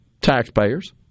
Taxpayers